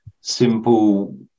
simple